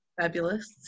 fabulous